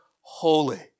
holy